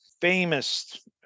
famous